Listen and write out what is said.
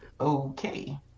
okay